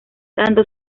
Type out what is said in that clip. tanto